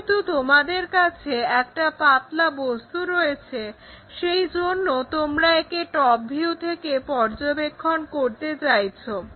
যেহেতু তোমাদের কাছে একটা পাতলা বস্তু রয়েছে সেই জন্য তোমরা একে টপ ভিউ থেকে পর্যবেক্ষণ করতে চাইছো